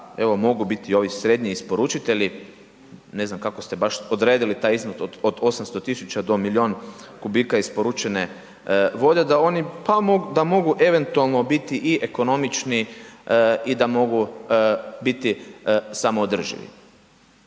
evo mogu biti ovi srednji isporučitelji, ne znam kako ste baš odredili taj iznos od 800 000 do milijun kubika isporučene vode da oni mogu eventualno biti i ekonomični i da mogu biti samoodrživi.